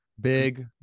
big